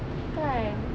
kan